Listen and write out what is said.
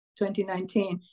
2019